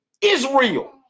Israel